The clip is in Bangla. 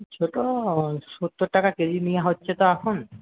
ছোট সত্তর টাকা কেজি নিয়ে হচ্ছে তো এখন